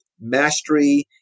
mastery